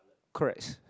corrects